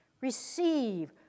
Receive